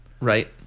Right